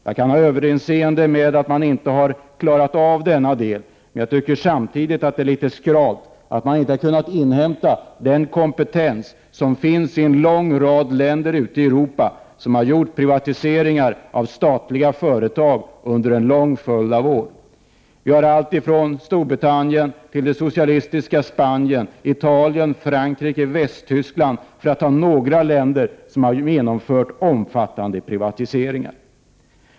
Jag kan ha överseende med att man inte klarat av denna del, men jag tycker samtidigt att det är litet skralt att man inte inhämtat den kompetens som finns i en lång rad länder i Europa där statliga företag privatiserats under en lång följd av år. Vi har alltifrån Storbritannien till socialistiska Spanien, Italien, Frankrike och Västtyskland, för att nämna några länder där det har gjorts omfattande privatiseringar.